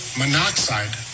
monoxide